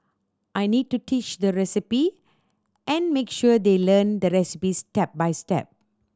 I need to teach the recipe and make sure they learn the recipes step by step